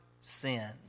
sin